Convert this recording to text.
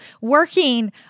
working